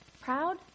Proud